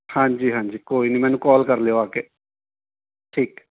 ਹਾਂਜੀ ਹਾਂਜੀ ਕੋਈ ਨੀ ਮੈਨੂੰ ਕੋਲ ਕਰ ਲਿਓ ਆ ਕੇ ਠੀਕ ਹੈ